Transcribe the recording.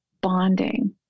bonding